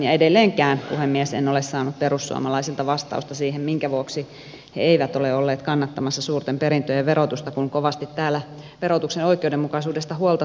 edelleenkään puhemies en ole saanut perussuomalaisilta vastausta siihen minkä vuoksi he eivät ole olleet kannattamassa suurten perintöjen verotusta kun kovasti täällä verotuksen oikeudenmukaisuudesta huolta tuntuvat kantavan